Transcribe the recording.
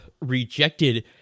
rejected